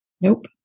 Nope